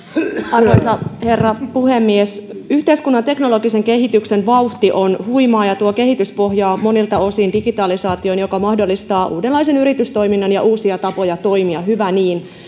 arvoisa herra puhemies yhteiskunnan teknologisen kehityksen vauhti on huimaa ja tuo kehitys pohjaa monilta osin digitalisaatioon joka mahdollistaa uudenlaisen yritystoiminnan ja uusia tapoja toimia hyvä niin